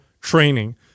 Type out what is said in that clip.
training